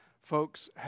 folks